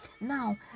now